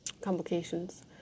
complications